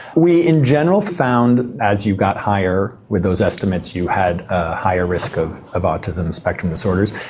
we, in general, found as you got higher with those estimates, you had a higher risk of of autism spectrum disorders.